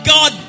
God